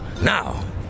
Now